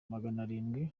maganarindwi